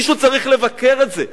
מישהו צריך לבקר את זה.